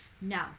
no